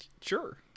Sure